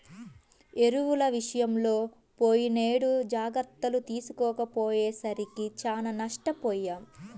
ఎరువుల విషయంలో పోయినేడు జాగర్తలు తీసుకోకపోయేసరికి చానా నష్టపొయ్యాం